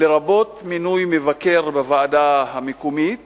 לרבות מינוי מבקר בוועדה המקומית